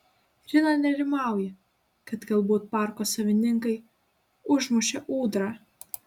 rina nerimauja kad galbūt parko savininkai užmušė ūdrą